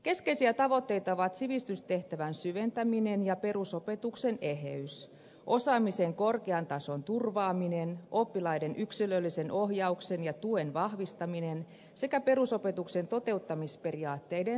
keskeisiä tavoitteita ovat sivistystehtävän syventäminen ja perusopetuksen eheys osaamisen korkean tason turvaaminen oppilaiden yksilöllisen ohjauksen ja tuen vahvistaminen sekä perusopetuksen toteuttamisperiaatteiden selkeyttäminen